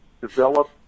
develop